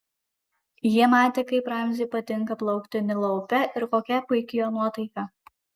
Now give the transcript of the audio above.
ji matė kaip ramziui patinka plaukti nilo upe ir kokia puiki jo nuotaika